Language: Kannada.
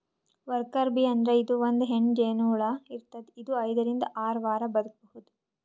ವರ್ಕರ್ ಬೀ ಅಂದ್ರ ಇದು ಒಂದ್ ಹೆಣ್ಣ್ ಜೇನಹುಳ ಇರ್ತದ್ ಇದು ಐದರಿಂದ್ ಆರ್ ವಾರ್ ಬದ್ಕಬಹುದ್